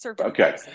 Okay